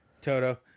Toto